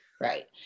Right